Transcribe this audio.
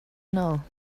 know